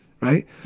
Right